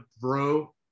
bro